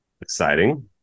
Exciting